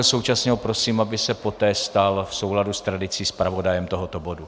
Současně ho prosím, aby se poté stal v souladu s tradicí zpravodajem tohoto bodu.